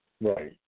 Right